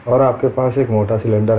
और आपके पास एक मोटा सिलेंडर है